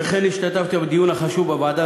וכן השתתפתי היום בדיון החשוב בוועדה